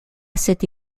cette